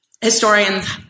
historians